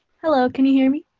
hello, can you hear me?